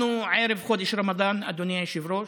אנחנו ערב חודש הרמדאן, אדוני היושב-ראש,